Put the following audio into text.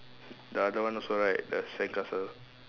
the other one also right the sandcastle